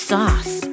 Sauce